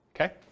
okay